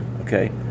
Okay